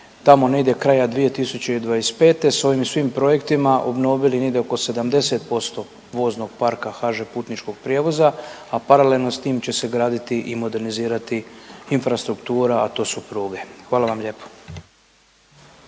tamo negdje kraja 2025. sa ovim svim projektima obnovili negdje oko 70% voznog parka HŽ putničkog prijevoza, a paralelno s tim će se graditi i modernizirati infrastruktura, a to su pruge. Hvala vam lijepo.